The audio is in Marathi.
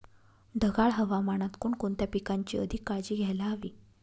ढगाळ हवामानात कोणकोणत्या पिकांची अधिक काळजी घ्यायला हवी?